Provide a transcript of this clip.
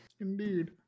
Indeed